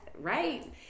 right